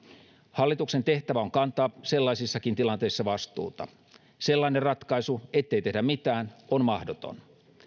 hallituksen tehtävä on kantaa sellaisissakin tilanteissa vastuuta sellainen ratkaisu ettei tehdä mitään on mahdoton